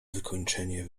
wykończenie